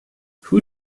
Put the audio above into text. who